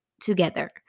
together